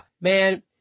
man